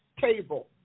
table